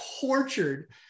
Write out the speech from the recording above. tortured